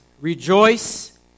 Rejoice